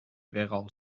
weeral